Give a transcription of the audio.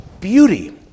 beauty